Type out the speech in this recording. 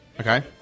okay